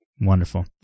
Wonderful